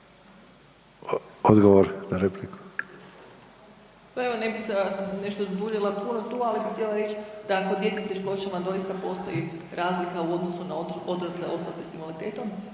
**Slonjšak, Anka** Pa evo ne bi sad nešto duljila puno tu, ali bi htjela reći da kod djece s teškoćama doista postoji razlika u odnosu na odrasle osobe s invaliditetom